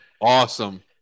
Awesome